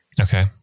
Okay